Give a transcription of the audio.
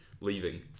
leaving